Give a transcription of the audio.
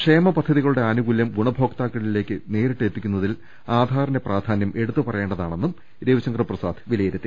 ക്ഷേമ പദ്ധതികളുടെ ആനുകൂല്യം ഗുണഭോക്താക്കളിലേക്ക് നേരിട്ടെത്തിക്കുന്നതിൽ ആധാറിന്റെ പ്രാധാന്യം എടുത്തു പറയേണ്ടതാണെന്നും രവിശങ്കർ പ്രസാദ് വില യിരുത്തി